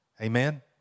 Amen